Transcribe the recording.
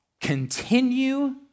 continue